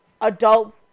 Adult